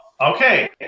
Okay